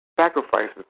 Sacrifices